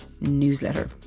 newsletter